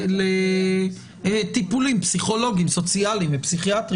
לטיפולים פסיכולוגיים, סוציאליים ופסיכיאטריים.